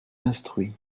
instruits